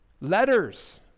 Letters